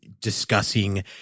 discussing